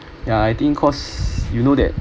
ya I think because you know that